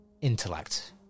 intellect